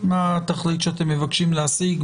מה התכלית שאתם מבקשים להשיג,